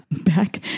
back